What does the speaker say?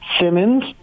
Simmons –